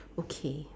okay